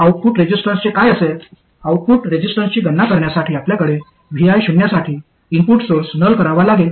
output रेझिस्टन्सचे काय असेल आऊटपुट रेझिस्टन्सची गणना करण्यासाठी आपल्याकडे vi शून्यासाठी इनपुट सोर्स नल करावा लागेल